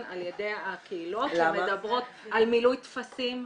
על ידי הקהילות שמדברות על מילוי טפסים,